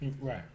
right